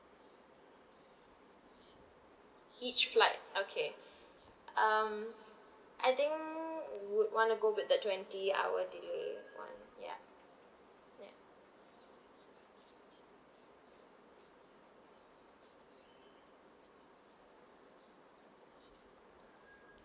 each flight okay um I think would want to go with the twenty hour delay [one] ya yeah